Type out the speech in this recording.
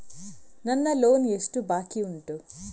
ನನ್ನ ಲೋನ್ ಎಷ್ಟು ಬಾಕಿ ಉಂಟು?